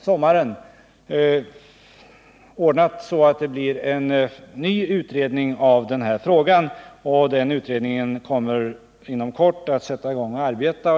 sommaren ordnat så att det blir en ny utredning av denna fråga, och den kommer inom kort att sätta i gång att arbeta.